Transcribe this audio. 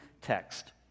text